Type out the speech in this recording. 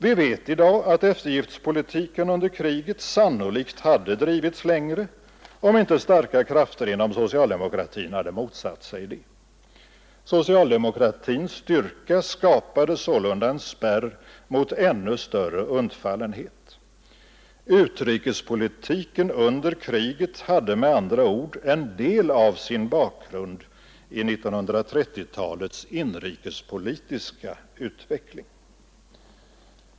Vi vet i dag att eftergiftspolitiken under kriget sannolikt hade drivits längre, om inte starka krafter inom socialdemokratin hade motsatt sig det. Socialdemokratins styrka skapade sålunda en spärr mot ännu större undfallenhet. Utrikespolitiken under kriget hade med andra ord en del av sin bakgrund i 1930-talets inrikespolitiska utveckling.